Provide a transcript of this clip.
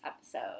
episode